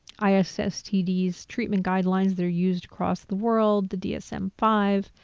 isstds treatment guidelines that are used across the world, the dsm five,